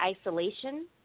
isolation